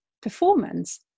performance